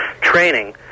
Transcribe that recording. training